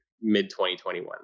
mid-2021